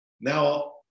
Now